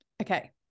okay